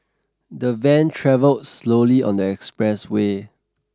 the van travelled slowly on the expressway